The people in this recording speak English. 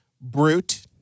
brute